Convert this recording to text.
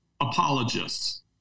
apologists